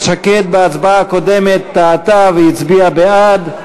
שקד טעתה בהצבעה הקודמת והצביעה בעד.